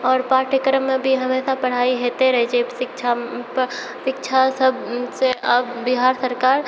आओर पाठ्यक्रममे भी हमेशा पढ़ाई होइते रहै छै शिक्षा शिक्षासब सँ आब बिहार सरकार